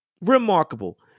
Remarkable